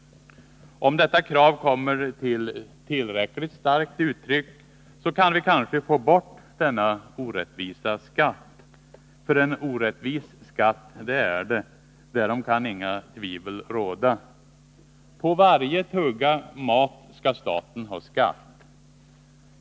Om detta krav kommer till tillräckligt starkt uttryck kan vi kanske få bort denna orättvisa skatt. För en orättvis skatt är det — därom kan inga tvivel råda. På varje tugga mat skall staten ha skatt.